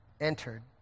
entered